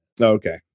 Okay